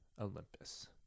Olympus